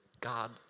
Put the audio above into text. God